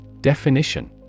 Definition